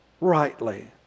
rightly